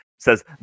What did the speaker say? says